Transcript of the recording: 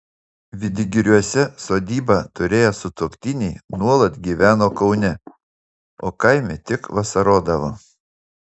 vidgiriuose sodybą turėję sutuoktiniai nuolat gyveno kaune o kaime tik vasarodavo